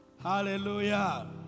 Hallelujah